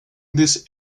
this